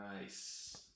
Nice